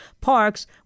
parks